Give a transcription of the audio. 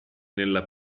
nella